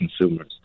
consumers